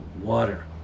water